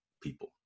people